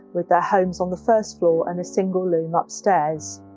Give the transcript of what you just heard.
with their homes on the first floor and a single loom upstairs.